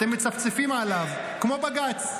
אתם מצפצפים עליו כמו בג"ץ.